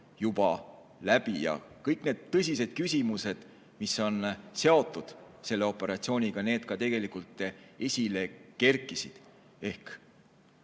juba läbi. Ja kõik need tõsised küsimused, mis on seotud selle operatsiooniga, tegelikult ka esile kerkisid. Ehk